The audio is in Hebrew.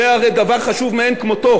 הרי זה דבר חשוב מאין כמותו.